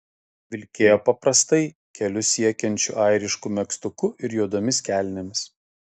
vilkėjo paprastai kelius siekiančiu airišku megztuku ir juodomis kelnėmis